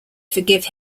forgive